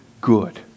good